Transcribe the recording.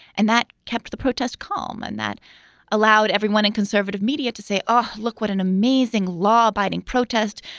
and that kept the protest calm. and that allowed everyone in conservative media to say, oh, look, what an amazing law abiding protest.